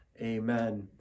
amen